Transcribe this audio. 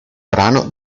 brano